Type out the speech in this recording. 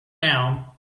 now